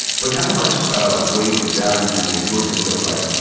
but how much weight and value did the endorsements of, like,